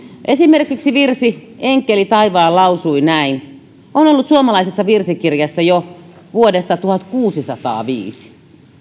esimerkiksi enkeli taivaan lausui näin virsi on ollut suomalaisessa virsikirjassa jo vuodesta tuhatkuusisataaviisi